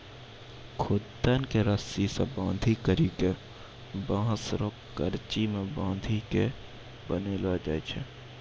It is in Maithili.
खुद्दन के रस्सी से बांधी करी के बांस रो करची मे बांधी के बनैलो जाय छै